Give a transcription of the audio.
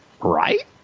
Right